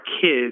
kids